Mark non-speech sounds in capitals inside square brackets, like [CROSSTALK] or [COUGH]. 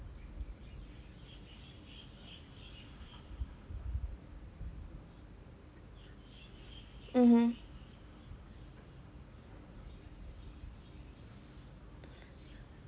mmhmm [BREATH]